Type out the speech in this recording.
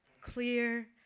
clear